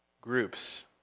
groups